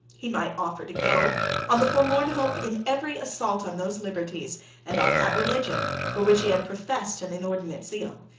he might offer to go on the forlorn hope in every assault on those liberties and on that religion for which he had professed an inordinate zeal.